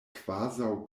kvazaŭ